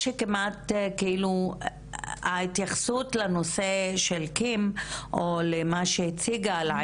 לגבי ההתייחסות לנושא של קים והעדות